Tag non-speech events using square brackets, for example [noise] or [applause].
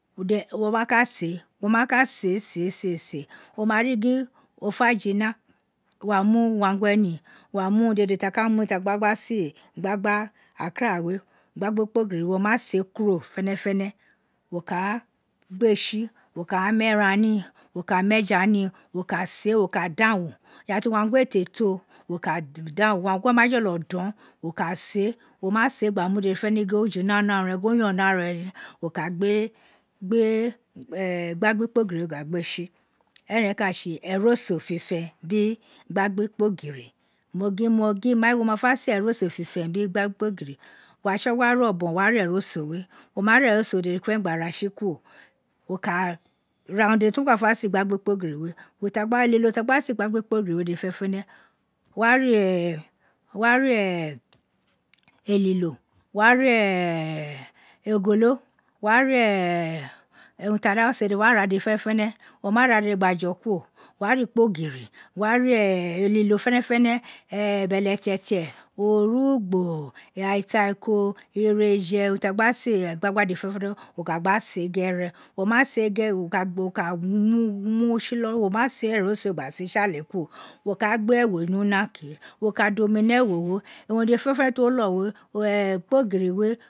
Wo wa ka se, wo mi ka se [unintelligible] wo ma n gin ofa jira, wo wa mu ruoangue ni wo wa nu urundede fi a ka mu ni ta a gba ka se gbagba akru we, gbagba ikpogiri we, wo ma sp kuro fenefene wo ka a gbe tsi, ka a mu eran ni, wo ka a mu eja ni wo ka sēē wo ka dangho ira ti uwangwe ēē te to wo ka dangho [hesitation] uwanghe ma jolo dou, wo ka se, wo ma se gba mie dede fenefene gin o jina ni anun re ghi o you ni arun ne woka gbe gbe [hesitation] gba gbikogin we gba gbee tsi, eron ka tse eroso fifen biri gbagbikpogiri mogin mo gin mai wo wa fa se eroso fifen biri gbagbigbogiri wo wa tso gua re obon wo wa ra eroso we, wo ma ra eroso dede fenefene gn tse kuro wo ka, ra urun dede ti wo gba fe se igbagbikpen giri we elilo ta gba se igbagbikpoyin we dede fenefene wo wa ro [hesitation] elilo, wara [hesitation] ogolo, wa ra [hesitation] urun dede di a gba se wo wa ru dede fenefene wo ma ra dede gba gba jo kuro, wo wa ra ikpogri wa ra [hesitation] elilo fenefene beletete orugbo ataiko, ighereje, urun ti a gba se gbagba dede fenefene wo ka gba se ghere wo ma se ghere wo ka mu [hesitation] tsi ni iloli wo ma se eroso we gba se tsale kuro, wo ka a gbe ewo ni una ke, wo ka da oni ni ewo we, urun dede fenefene ti wo lo we [hesitation] kpogin we